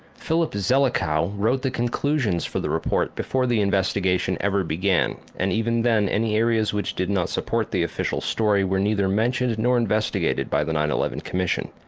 philip zelikow wrote the conclusions for the report before the investigation ever began, and even then any areas which did not support the official story were neither mentioned nor investigated by the nine eleven commission.